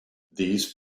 these